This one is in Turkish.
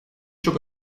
çok